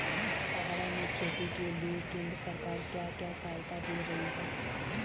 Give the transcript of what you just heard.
पहाड़ों में खेती के लिए केंद्र सरकार क्या क्या सहायता दें रही है?